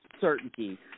certainty